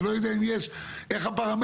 אני לא יודע איך הפרמטרים,